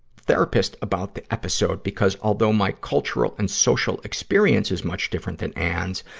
therapist about the episode, because although my cultural and social experience is much different than ann's,